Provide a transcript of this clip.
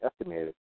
estimated